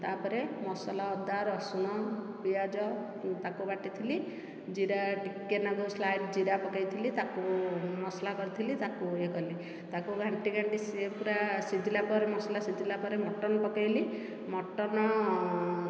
ତାପରେ ମସଲା ଅଦା ରସୁଣ ପିଆଜ ତାକୁ ବାଟିଥିଲି ଜିରା ଟିକେ ନାକୁ ସ୍ଲାଇଟ୍ ଜିରା ପକାଇଥିଲି ତାକୁ ମୁଁ ମସଲା କରିଥିଲି ତାକୁ ୟେ କଲି ତାକୁ ଘାଣ୍ଟି ଘାଣ୍ଟି ସେ ପୁରା ଶିଝିଲା ମସଲା ଶିଝିଲା ପରେ ମଟନ ପକାଇଲି ମଟନ